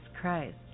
Christ